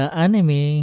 anime